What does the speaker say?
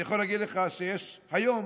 אני יכול להגיד לך שיש היום